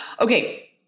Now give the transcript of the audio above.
Okay